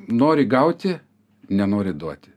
nori gauti nenori duoti